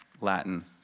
Latin